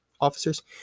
Officers